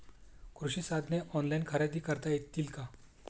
कृषी साधने ऑनलाइन खरेदी करता येतील का?